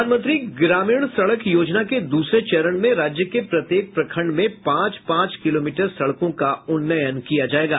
प्रधानमंत्री ग्रामीण सड़क योजना के दूसरे चरण में राज्य के प्रत्येक प्रखंड में पांच पांच किलोमीटर सड़कों का उन्नयन किया जायेगा